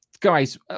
guys